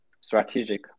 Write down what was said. strategic